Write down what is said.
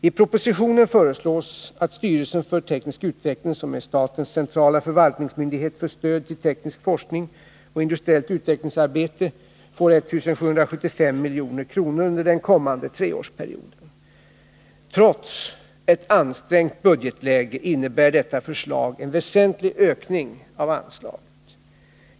I propositionen föreslås att styrelsen för teknisk utveckling, som är statens centrala förvaltningsmyndighet för stöd till teknisk forskning och industriellt utvecklingsarbete, får 1775 milj.kr. under den kommande treårsperioden. Trots ett ansträngt budgetläge innebär detta förslag en väsentlig ökning av anslaget.